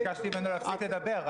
ביקשתי ממנו להפסיק לדבר.